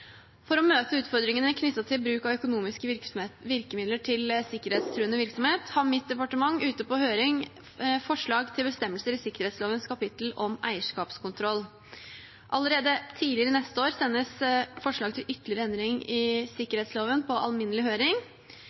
For å møte utfordringene knyttet til bruk av økonomiske virkemidler til sikkerhetstruende virksomhet har mitt departement ute på høring forslag til bestemmelser i sikkerhetslovens kapittel om eierskapskontroll. Allerede tidlig neste år sendes forslag til ytterligere endringer i sikkerhetsloven på alminnelig høring.